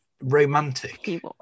romantic